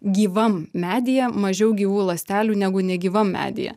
gyvam medyje mažiau gyvų ląstelių negu negyvam medyje